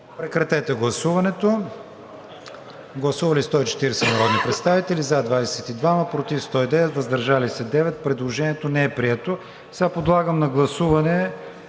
режим на гласуване. Гласували 140 народни представители: за 22, против 109, въздържали се 9. Предложението не е прието. Сега подлагам на гласуване